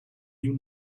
you